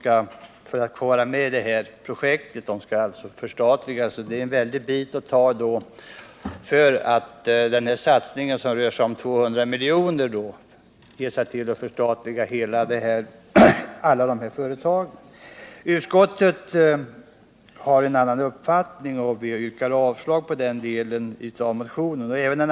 Jag tycker att det är att ta till väldigt kraftigt att socialisera alla dessa företag på grund av en satsning som rör sig om 200 milj.kr.Utskottet har en annan uppfattning, och vi yrkar avslag på den delen av motionen.